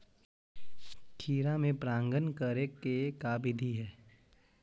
खिरा मे परागण करे के का बिधि है?